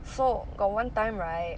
so got one time right